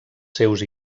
seus